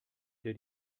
der